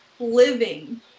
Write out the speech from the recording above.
living